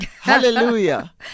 hallelujah